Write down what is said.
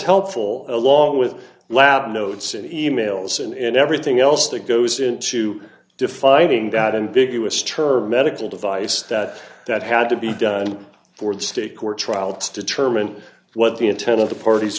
helpful along with lab notes and e mails and everything else that goes into defining that and big u s term medical device that that had to be done for the state court trial to determine what the intent of the parties